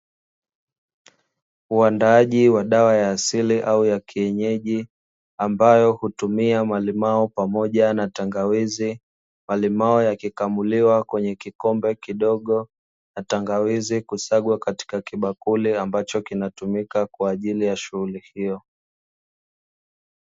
Uaandaji wa dawa ya asili au ya kienyeji, ambayo hutumia malimao pamoja na tangawizi. Malimao yakikamuliwa kwenye kikombe kidogo na tangawizi kusagwa katika kibakuli ambacho kinatumika kwa ajili ya shughuli hiyo.